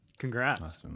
Congrats